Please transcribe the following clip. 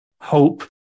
hope